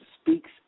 speaks